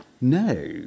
No